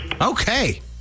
Okay